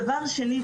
דבר שני,